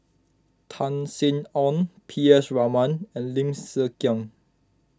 Tan Sin Aun P S Raman and Lim Hng Kiang